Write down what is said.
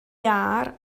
iâr